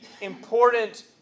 important